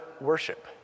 worship